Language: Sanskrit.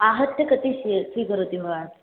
आहत्य कति स्विय स्वीकरोति भवान्